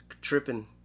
tripping